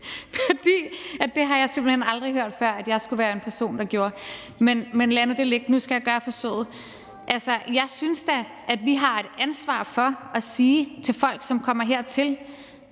for det har jeg simpelt hen aldrig før hørt jeg skulle være en person der gjorde. Men lad nu det ligge. Nu skal jeg gøre forsøget. Jeg synes da, at vi har et ansvar for at sige til folk, som kommer hertil: